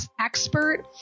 expert